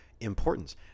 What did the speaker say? importance